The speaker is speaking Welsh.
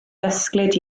gysglyd